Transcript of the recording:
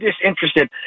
disinterested